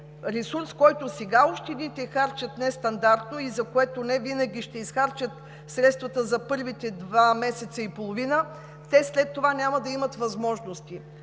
ресурс, който сега общините харчат нестандартно и за което невинаги ще изхарчат средствата за първите два месеца и половина, след това те няма да имат възможности.